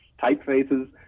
typefaces